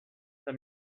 the